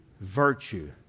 virtue